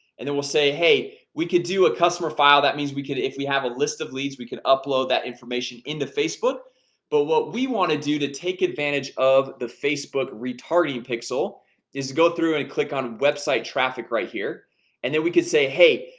and then we'll say hey we could do a customer file that means we could if we have a list of leads we can upload that information into facebook but what we want to do to take advantage of the facebook retarding pixel is to go through and click on website traffic right here and then we could say hey,